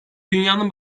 dünyanın